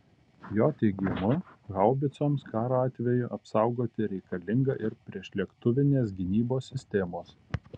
jo teigimu haubicoms karo atveju apsaugoti reikalinga ir priešlėktuvinės gynybos sistemos